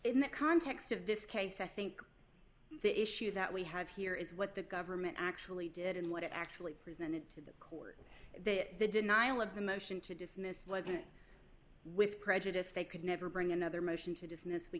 in the context of this case i think the issue that we have here is what the government actually did and what it actually presented to them that the denial of the motion to dismiss wasn't with prejudice they could never bring another motion to di